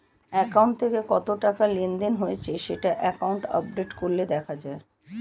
account থেকে কত টাকা লেনদেন হয়েছে সেটা অ্যাকাউন্ট আপডেট করলে দেখা যায়